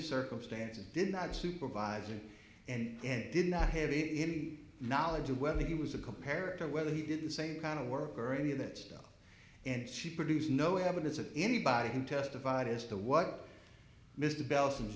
circumstances did not supervising and did not have it in knowledge of whether he was a comparative whether he did the same kind of work or any of that stuff and she produced no evidence of anybody who testified as to what mr bel